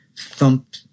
thump